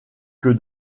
que